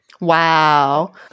Wow